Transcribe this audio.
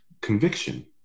conviction